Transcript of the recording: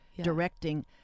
directing